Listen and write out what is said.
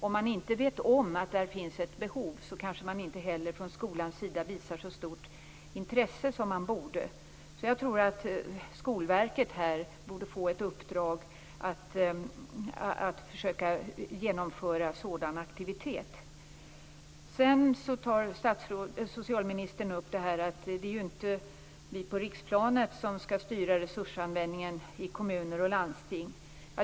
Om man inte vet om att det finns ett behov kanske man inte heller från skolans sida visar så stort intresse som man borde. Jag tycker att Skolverket borde få ett uppdrag att försöka genomföra sådan aktivitet. Socialministern skriver också i svaret att det inte är vi på riksplanet som skall styra resursanvändningen i kommuner och landsting.